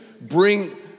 bring